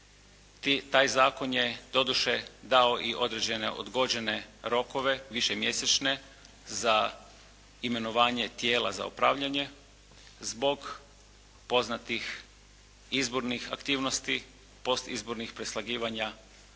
Taj zakon je doduše dao i određene odgođene rokove višemjesečne za imenovanje tijela za upravljanje zbog poznatih izbornih aktivnosti, postizbornih preslagivanja